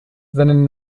seinen